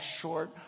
short